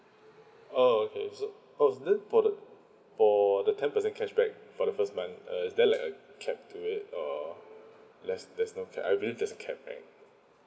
oh okay is it oh is it for the for the ten percent cashback for the first month uh is there like a cap to it or there's there's no cap I believe there's a cap right